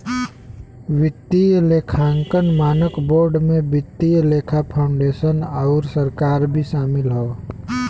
वित्तीय लेखांकन मानक बोर्ड में वित्तीय लेखा फाउंडेशन आउर सरकार भी शामिल हौ